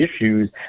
issues